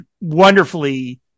wonderfully